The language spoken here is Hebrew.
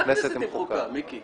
מה כנסת עם חוקה, מיקי?